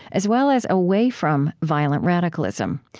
as well as away from, violent radicalism.